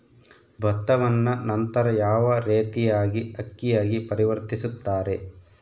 ಭತ್ತವನ್ನ ನಂತರ ಯಾವ ರೇತಿಯಾಗಿ ಅಕ್ಕಿಯಾಗಿ ಪರಿವರ್ತಿಸುತ್ತಾರೆ?